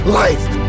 life